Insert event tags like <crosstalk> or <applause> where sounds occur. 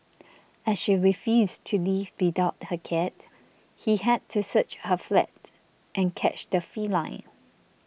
<noise> as she refused to leave without her cat he had to search her flat and catch the feline